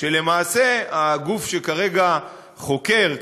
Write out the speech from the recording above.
כשלמעשה הגוף שכרגע חוקר,